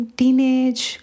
teenage